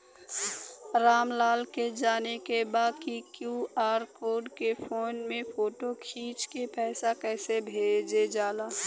राम लाल के जाने के बा की क्यू.आर कोड के फोन में फोटो खींच के पैसा कैसे भेजे जाला?